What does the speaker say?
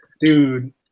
dude